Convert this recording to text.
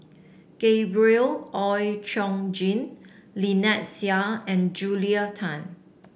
Gabriel Oon Chong Jin Lynnette Seah and Julia Tan